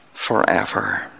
Forever